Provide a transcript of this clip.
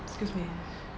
excuse me